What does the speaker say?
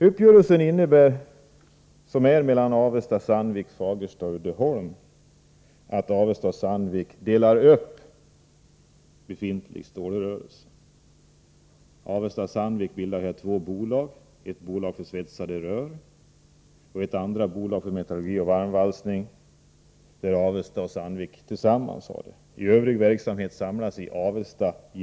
Uppgörelsen — mellan Avesta Jernverks AB, Sandvik AB, Fagersta AB och Nyby Uddeholm AB —- innebär att Avesta och Sandvik delar upp befintlig stålrörelse. Avesta och Sandvik bildar två bolag, ett bolag för svetsade rör och ett annat bolag för metallurgi och varmvalsning, som de har tillsammans. Övrig verksamhet samlas i Avesta.